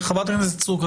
חברת הכנסת סטרוק,